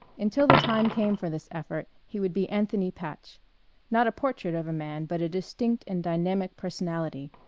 until the time came for this effort he would be anthony patch not a portrait of a man but a distinct and dynamic personality,